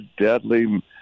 deadly